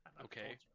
Okay